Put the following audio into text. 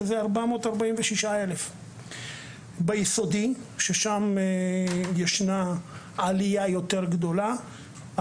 שזה 446,000. ביסודי ששם ישנה עלייה יותר גדולה,